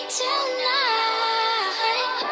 tonight